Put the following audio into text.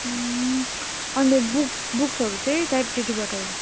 अन्त बुक बुक्सहरू चाहिँ लाइब्रेरीबाट होला